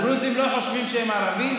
הדרוזים לא חושבים שהם ערבים,